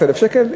14,000 שקל.